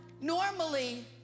normally